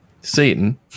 Satan